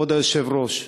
כבוד היושב-ראש,